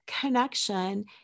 connection